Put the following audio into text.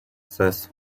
ses